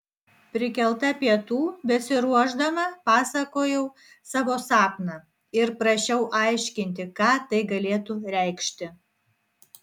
prikelta pietų besiruošdama pasakojau savo sapną ir prašiau aiškinti ką tai galėtų reikšti